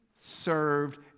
served